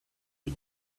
you